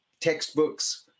textbooks